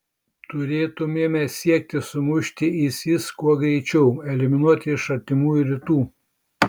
turėtumėme siekti sumušti isis kuo greičiau eliminuoti iš artimųjų rytų